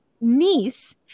niece